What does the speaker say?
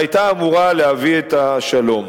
שהיתה אמורה להביא את השלום.